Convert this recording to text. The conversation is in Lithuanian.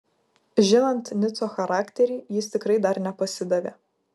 žinant nico charakterį jis tikrai dar nepasidavė